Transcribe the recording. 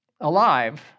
alive